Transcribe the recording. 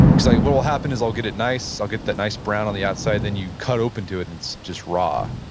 cause like what will happen is, i'll get it nice, i'll get that nice brown on the outside, then you cut open to it and it's just raw.